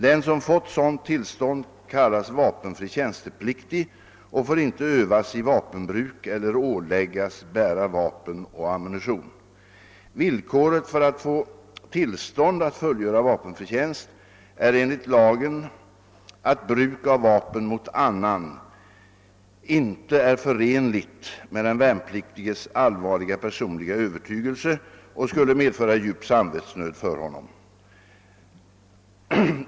Den som fått sådant tillstånd kallas vapenfri tjänstepliktig och får inte övas i vapenbruk eller åläggas bära vapen och ammunition. Villkoret för att få tillstånd att fullgöra vapenfri tjänst är enligt lagen att bruk av vapen mot annan inte är förenligt med den värnpliktiges allvarliga personliga övertygelse och skulle medföra djup samvetsnöd för honom.